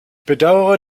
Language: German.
bedauere